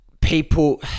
people